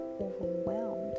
overwhelmed